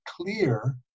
clear